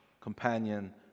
companion